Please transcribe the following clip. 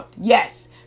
yes